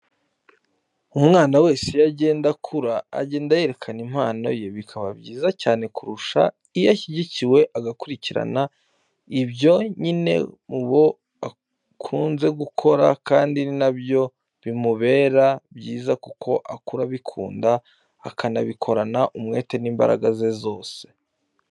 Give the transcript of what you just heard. Umwana wese iyo agenda akura agenda yerekana impano ye, bikaba byiza cyane kurushaho iyo ashyigikiwe agakurikirana ibyo nyine mu bona akunze gukora kandi ni nabyo bimubera byiza kuko akura abikunda akanabikorana umwete n'imbaraga ze zose.